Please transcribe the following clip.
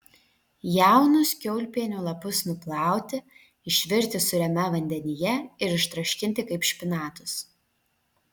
jaunus kiaulpienių lapus nuplauti išvirti sūriame vandenyje ir ištroškinti kaip špinatus